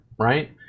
Right